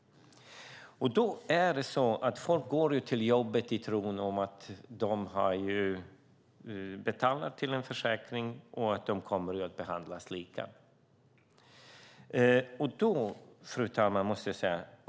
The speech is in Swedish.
Då går folk till jobbet i tron att de har betalat till en försäkring och att de kommer att behandlas lika. Fru talman!